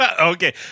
Okay